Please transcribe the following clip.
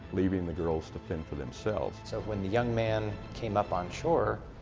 leaving the girls to fend for themselves. so when the young man came up on shore,